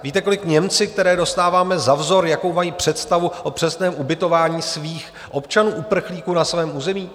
Víte, kolik Němci, které dostáváme za vzor, jakou mají představu o přesném ubytování svých občanů uprchlíků na svém území?